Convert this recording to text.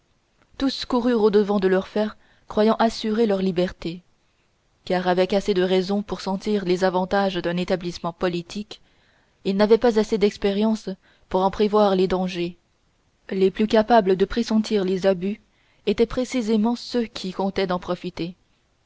tous coururent au-devant de leurs fers croyant assurer leur liberté car avec assez de raison pour sentir les avantages d'un établissement politique ils n'avaient pas assez d'expérience pour en prévoir les dangers les plus capables de pressentir les abus étaient précisément ceux qui comptaient d'en profiter